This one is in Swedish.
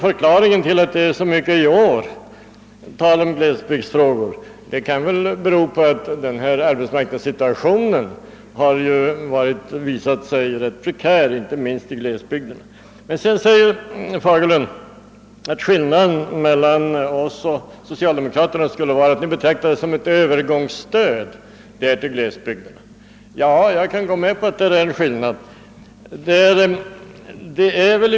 Förklaringen till att det i år talas så mycket om glesbygdsfrågor kan väl vara att arbetsmarknadssituationen har visat sig rätt prekär, inte minst i glesbygderna. Herr Fagerlund sade vidare att skillnaden mellan oss och socialdemokraterna skulle vara att socialdemokraterna betraktade stödet som ett övergångsstöd till glesbygderna, och jag kan gå med på att det härvidlag föreligger en skillnad.